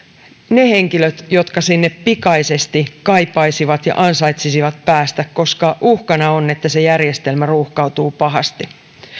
ne henkilöt jotka sinne pikaisesti kaipaisivat ja ansaitsisivat päästä koska uhkana on että se järjestelmä ruuhkautuu pahasti